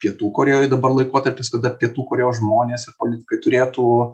pietų korėjoj dabar laikotarpis kada pietų korėjos žmonės ir politikai turėtų